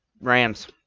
Rams